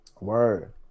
Word